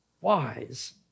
wise